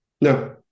No